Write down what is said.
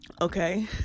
Okay